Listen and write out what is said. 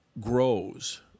grows